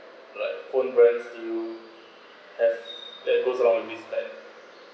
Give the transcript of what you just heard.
like phone brands do you has that's goes around with this plan